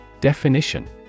Definition